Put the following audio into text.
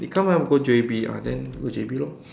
say come ah we go J_B ah then go J_B lor